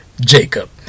Jacob